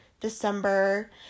December